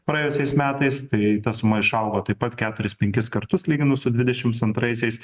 praėjusiais metais tai ta suma išaugo taip pat keturis penkis kartus lyginus su dvidešims antraisiais